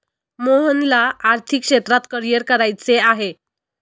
मोहनला आर्थिक क्षेत्रात करिअर करायचे आहे